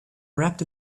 wrapped